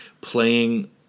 playing